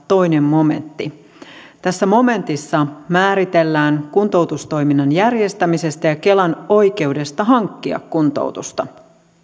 toinen momentti tässä momentissa määritellään kuntoutustoiminnan järjestäminen ja kelan oikeus hankkia kuntoutusta